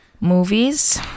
Movies